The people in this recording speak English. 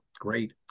great